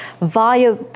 via